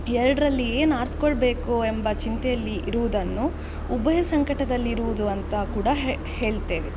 ಎರಡರಲ್ಲಿ ಏನು ಆರಿಸ್ಕೊಳ್ಬೇಕು ಎಂಬ ಚಿಂತೆಯಲ್ಲಿ ಇರುವುದನ್ನು ಉಭಯ ಸಂಕಟದಲ್ಲಿರುವುದು ಅಂತ ಕೂಡ ಹೇಳು ಹೇಳ್ತೇವೆ